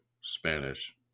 Spanish